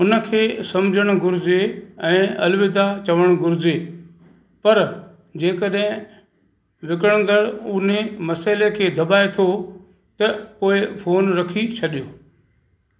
हुनखे सम्झिणु घुरिजे ऐं अलविदा चवणु घुरिजे पर जंहिंकॾहिं विकिणंदड़ु उन्हे मसाइले खे दॿाए थो त पोए फोन रखी छॾियो